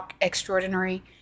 extraordinary